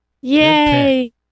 yay